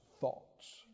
thoughts